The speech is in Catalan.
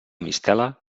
mistela